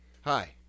Hi